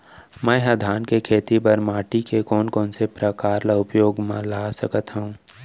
मै ह धान के खेती बर माटी के कोन कोन से प्रकार ला उपयोग मा ला सकत हव?